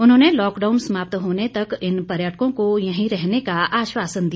उन्होंने लॉकडाउन समाप्त होने तक इन पर्यटकों को यहीं रहने का आश्वासन दिया